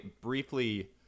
briefly